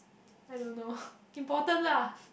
I don't know important lah